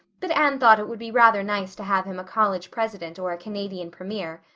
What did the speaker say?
but anne thought it would be rather nice to have him a college president or a canadian premier.